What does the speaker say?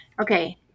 Okay